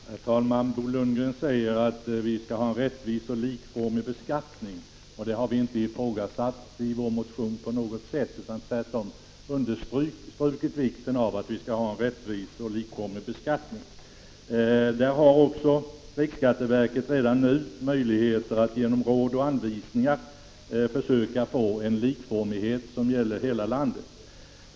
Herr talman! Bo Lundgren säger att vi skall ha en rättvis och likformig beskattning. Det har vi inte ifrågasatt i vår motion på något sätt. Vi har tvärtom understrukit vikten av att vi skall ha en rättvis och likformig beskattning. Riksskatteverket har redan nu möjligheter att genom råd och anvisningar försöka få en likformighet som gäller hela landet.